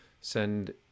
send